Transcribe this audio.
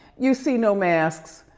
you see no masks,